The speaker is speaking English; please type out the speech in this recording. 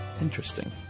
Interesting